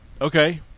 Okay